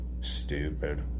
Stupid